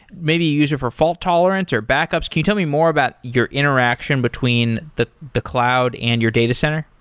maybe you use it for fault tolerance or backups. can you tell me more about your interaction between the the cloud and your datacenter?